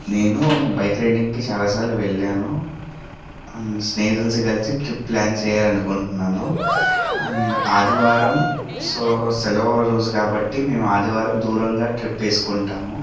నేను బైక్ రైడింగ్కి చాలాసార్లు వెళ్లాను అండ్ స్నేహితులతో కలిసి ట్రిప్ ప్లాన్ చేయాలనుకుంటున్నాను అండ్ ఆదివారం సో సెలవు రోజు కాబట్టి మేము ఆదివారం దూరంగా ట్రిప్ వేసుకుంటాము